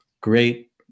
great